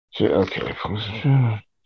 okay